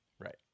Right